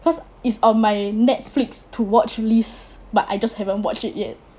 cause it's on my Netflix to watch list but I just haven't watch it yet